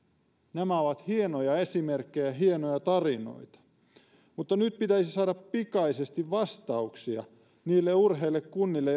nämä ovat hienoja esimerkkejä ja hienoja tarinoita mutta nyt pitäisi saada pikaisesti vastauksia niille urheille kunnille